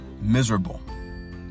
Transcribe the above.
miserable